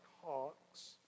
hawks